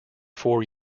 four